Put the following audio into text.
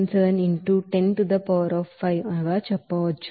77 into 10 to the power of 5 చెప్పవచ్చు దీని నుండి ఈ 9